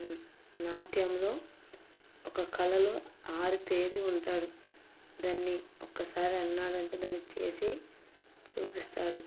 నాట్యంలో ఒక కళలో ఆరితేరి ఉంటాడు దాన్ని ఒక్కసారి అన్నాడంటే దాన్ని చేసి చూపిస్తాడు